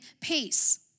peace